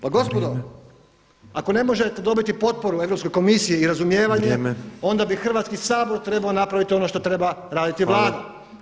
Pa gospodo, ako ne možete dobiti potporu Europske komisije i razumijevanje, onda bi Hrvatski sabor napraviti ono što treba raditi Vlada.